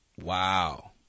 Wow